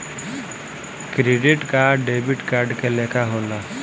credit card debit card के लेखा होला